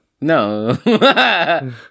No